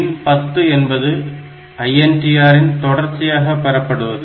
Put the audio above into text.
பின் 10 என்பது INTR ன் தொடர்ச்சியாக பெறப்படுவது